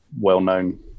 well-known